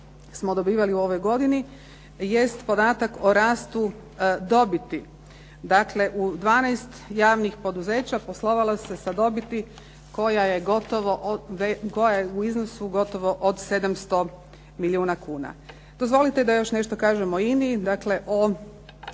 smo dobivali u ovoj godini, jest podatak o rastu dobiti. Dakle, u 12 javnih poduzeća poslovala se sa dobiti koja je gotovo u iznosu od 700 milijuna kuna. Dozvolite da još nešto kažem o INA-i o